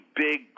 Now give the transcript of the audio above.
big